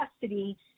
custody